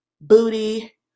Booty